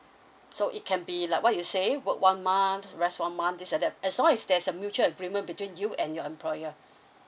so it can be like what you say work one month rest one month this and that as long as there's a mutual agreement between you and your employer